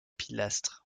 pilastres